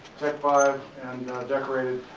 tech five, and decorated,